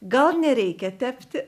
gal nereikia tepti